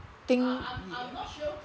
think